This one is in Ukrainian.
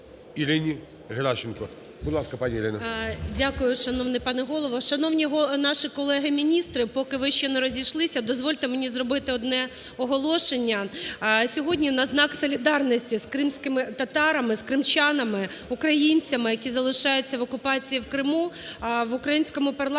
Дякую, шановний пане Голово. Шановні наші колеги міністри, поки ви ще не розійшлися, дозвольте мені зробити одне оголошення. Сьогодні на знак солідарності з кримськими татарами, з кримчанами, українцями, які залишаються в окупації в Криму, в українському парламенті